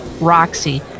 Roxy